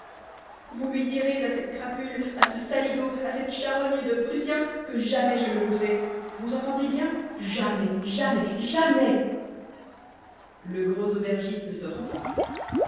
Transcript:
vous lui direz à cette crapule à ce saligaud à cette charogne de prussien que jamais je ne voudrai vous entendez bien jamais jamais jamais le gros aubergiste sortit